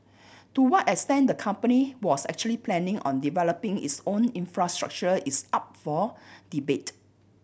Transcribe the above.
to what extent the company was actually planning on developing its own infrastructure is up for debate